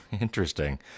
interesting